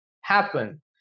happen